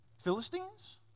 Philistines